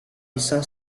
bisa